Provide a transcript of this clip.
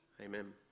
Amen